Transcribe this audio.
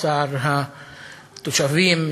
לצער התושבים,